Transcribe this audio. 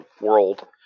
world